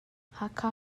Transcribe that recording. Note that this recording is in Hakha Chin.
hakha